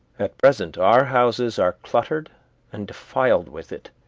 at present our houses are cluttered and defiled with it,